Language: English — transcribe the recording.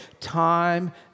time